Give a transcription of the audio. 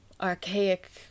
archaic